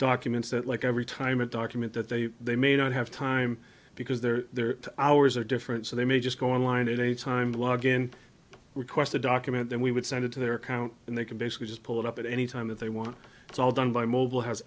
documents that like every time a document that they they may not have time because their hours are different so they may just go online at any time blog and request a document then we would send it to their account and they can basically just pull it up at any time that they want it's all done by mobile has